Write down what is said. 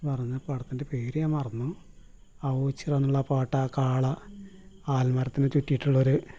മറന്നു പടത്തിൻ്റെ പേര് ഞാൻ മറന്നു ആ ഓച്ചിറന്നുള്ള ആ പാട്ട് ആ കാള ആൽ മരത്തിന് ചുറ്റിട്ടുള്ളൊരു